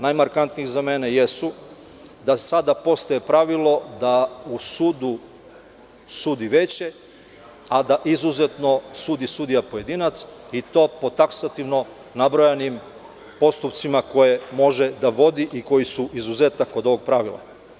Najmarkantniji za mene su da sada postaje pravilo da u sudu sudi veće, a da izuzetno sudi sudija pojedinac i to po taksativno nabrojanim postupcima koje može da vodi i koji su izuzetak od ovog pravila.